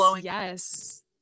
yes